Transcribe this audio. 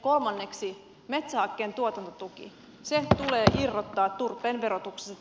kolmanneksi metsähakkeen tuotantotuki tulee irrottaa turpeen verotuksesta